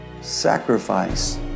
sacrifice